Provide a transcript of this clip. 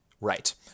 Right